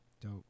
Dope